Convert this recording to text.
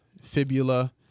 fibula